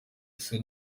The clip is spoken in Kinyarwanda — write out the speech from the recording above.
ese